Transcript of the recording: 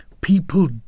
people